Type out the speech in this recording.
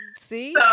see